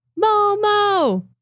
Momo